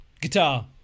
guitar